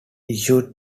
issued